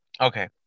Okay